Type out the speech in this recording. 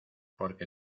porque